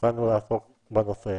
התחלנו לעסוק בנושא.